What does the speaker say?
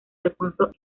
alfonso